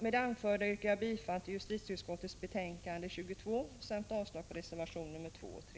Med det anförda yrkar jag bifall till justitieutskottets hemställan i betänkande 22 samt avslag på reservationerna 2 och 3.